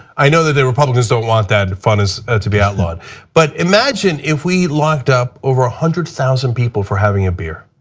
i know that the republicans don't want that. fun is to be outlawed but imagine if we locked up over one ah hundred thousand people for having a beer.